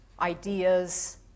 ideas